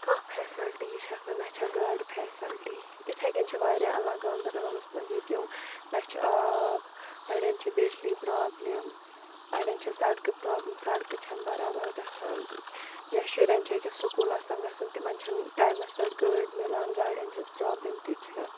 کانٛہہ فیسَلٹیٖیہِ چھَکھ نہٕ نہ چھَکھ گاڑِ فیسَلٹی یِتھَے کٔنۍ چھِ واریاہ علاقہٕ گاندَربَلَس منٛز ییٚتہِ یِم نہ چھِ آب اَڑٮ۪ن چھِ بجلی پرٛابلِم اَڑٮ۪ن چھِ سڑکہٕ پرٛابلِم سڑکہٕ چھَنہٕ برابر گژھان یا شُرٮ۪ن چھِ أکیٛاہ سکوٗل آسان گژھُن تِمَن چھِنہٕ ٹایمَس پٮ۪ٹھ گٲڑۍ مِلان گاڑٮ۪ن ہِنٛزۍ پرٛابلِم تہِ چھےٚ